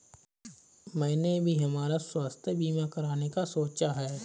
मैंने भी हमारा स्वास्थ्य बीमा कराने का सोचा है